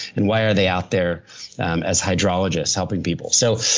and why are they out there as hydrologist helping people? so,